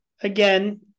again